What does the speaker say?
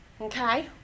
Okay